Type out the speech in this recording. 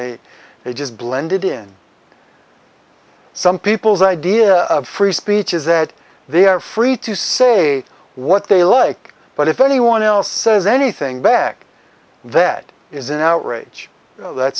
and they just blended in some people's idea of free speech is that they are free to say what they like but if anyone else says anything bad that is an outrage that